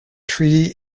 treaty